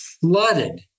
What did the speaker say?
flooded